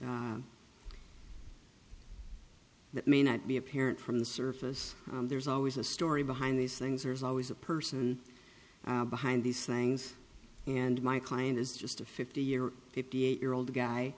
that may not be apparent from the surface there's always a story behind these things or is always a person behind these things and my client is just a fifty year fifty eight year old